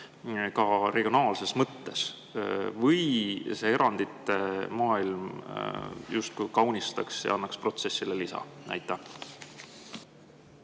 ka regionaalses mõttes, või erandite maailm justkui kaunistab ja annab protsessile [midagi